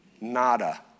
Nada